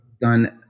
done